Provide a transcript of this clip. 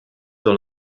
dans